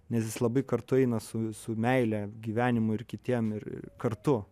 nes jis labai kartu eina su su meile gyvenimui ir kitiem ir kartu